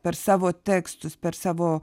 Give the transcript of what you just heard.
per savo tekstus per savo